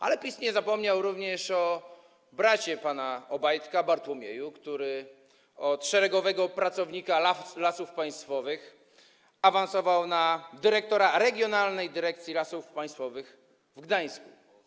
Ale PiS nie zapomniał również o bracie pana Obajtka, Bartłomieju, który z szeregowego pracownika Lasów Państwowych awansował na dyrektora Regionalnej Dyrekcji Lasów Państwowych w Gdańsku.